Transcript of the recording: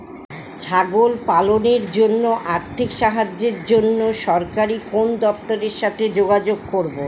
ছাগল পালনের জন্য আর্থিক সাহায্যের জন্য সরকারি কোন দপ্তরের সাথে যোগাযোগ করব?